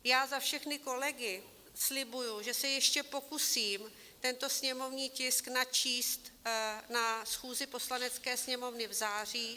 Já za všechny kolegy slibuji, že se ještě pokusím tento sněmovní tisk načíst na schůzi Poslanecké sněmovny v září.